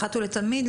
אחת ולתמיד,